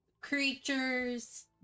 creatures